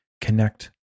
connect